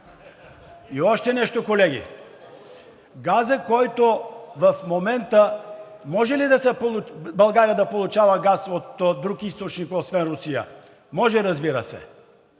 И още нещо, колеги. Газът, който е в момента, може ли България до получава газ от друг източник, освен Русия? Може, разбира се.